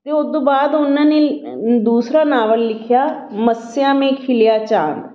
ਅਤੇ ਉੱਦੋਂ ਬਾਅਦ ਉਹਨਾਂ ਨੇ ਦੂਸਰਾ ਨਾਵਲ ਲਿਖਿਆ ਮੱਸਿਆ ਮੇਂ ਖਿਲਿਆ ਚਾਂਦ